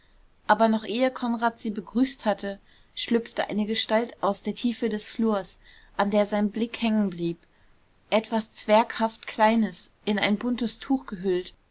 aber noch ehe konrad sie begrüßt hatte schlüpfte eine gestalt aus der tiefe des flurs an der sein blick hängen blieb etwas zwerghaft kleines in ein buntes tuch gehüllt